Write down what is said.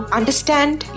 understand